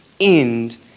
end